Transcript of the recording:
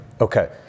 Okay